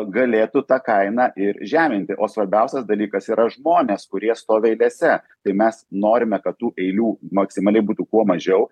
galėtų tą kainą ir žeminti o svarbiausias dalykas yra žmonės kurie stovi eilėse tai mes norime kad tų eilių maksimaliai būtų kuo mažiau